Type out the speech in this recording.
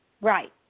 Right